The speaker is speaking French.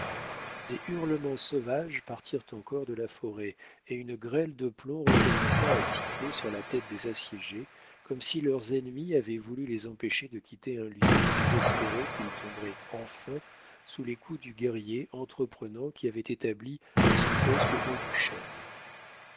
des hurlements sauvages partirent encore de la forêt et une grêle de plomb recommença à siffler sur la tête des assiégés comme si leurs ennemis avaient voulu les empêcher de quitter un lieu où ils espéraient qu'ils tomberaient enfin sous les coups du guerrier entreprenant qui avait établi son poste au haut du chêne